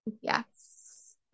Yes